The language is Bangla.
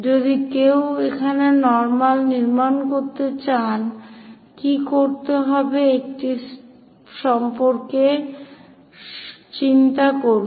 যদি কেউ এখানে নর্মাল নির্মাণ করতে চান কি করতে হবে এটি সম্পর্কে চিন্তা করুন